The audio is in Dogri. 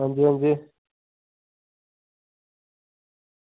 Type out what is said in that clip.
अंजी अंजी